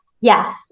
yes